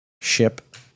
ship